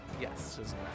Yes